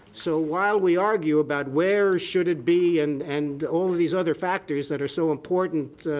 so, while we argue about where should it be and and all of these other factors that are so important,